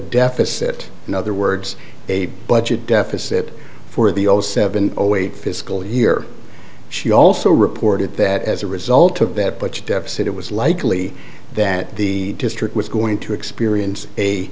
deficit in other words a budget deficit for the zero seven zero eight fiscal year she also reported that as a result of that but deficit it was likely that the district was going to experience a